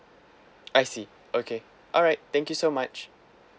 I see okay alright thank you so much